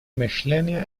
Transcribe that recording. мышление